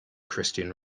christian